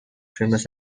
famous